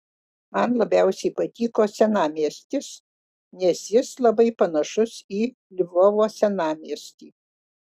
man labiausiai patiko senamiestis nes jis labai panašus į lvovo senamiestį